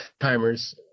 timers